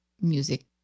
music